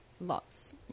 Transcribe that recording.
lots